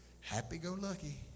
happy-go-lucky